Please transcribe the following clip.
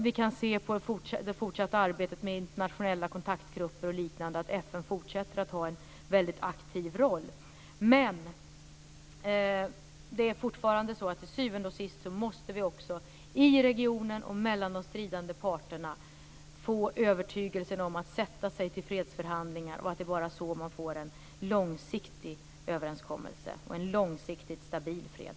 Vi kan också se på det fortsatta arbetet med internationella kontaktgrupper och liknande att FN fortsätter att ha en aktiv roll. Till syvende och sist måste det ändå finnas en övertygelse hos de stridande parterna i regionen om att man vill sätta sig ned till fredsförhandlingar och att det bara är så man når en långsiktig överenskommelse och en långsiktigt stabil fred.